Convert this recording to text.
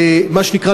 מה שנקרא,